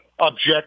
object